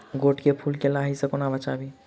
गोट केँ फुल केँ लाही सऽ कोना बचाबी?